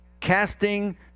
Casting